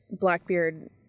Blackbeard